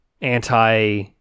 anti